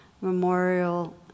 memorial